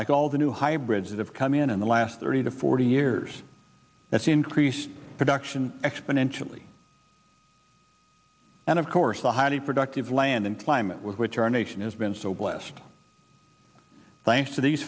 like all the new hybrids that have come in in the last thirty to forty years that's increased production exponentially and of course the highly productive land and climate with which our nation has been so blessed thanks to these